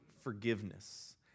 forgiveness